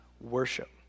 worship